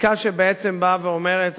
חקיקה שבעצם באה ואומרת,